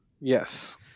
Yes